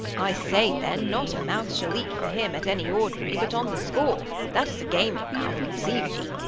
i say then, not a mouth shall eat for him at any ordinary, but on the score, that is a gaming mouth, conceive me.